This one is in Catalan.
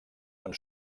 amb